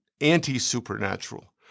anti-supernatural